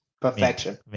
Perfection